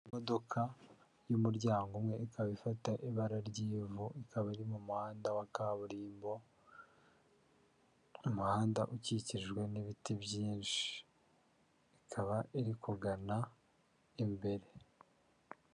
Imodoka y'umuryango umwe ikaba ifata ibara ry'ivu ikaba iri mu muhanda wa kaburimbo, umuhanda ukikijwe n'ibiti byinshi, ikaba iri kugana imbere.